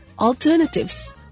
Alternatives